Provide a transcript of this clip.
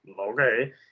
okay